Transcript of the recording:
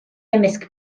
ymysg